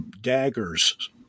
daggers